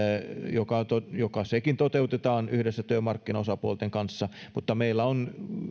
joka joka sekin toteutetaan yhdessä työmarkkinaosapuolten kanssa mutta meillä on